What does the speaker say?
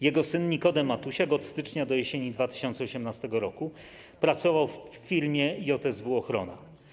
Jego syn Nikodem Matusiak od stycznia do jesieni 2018 r. pracował w firmie JSW Ochrona.